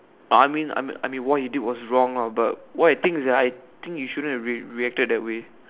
I mean I mean I mean what he did is wrong lah but what I think is you shouldn't have re~ reacted that way